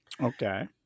Okay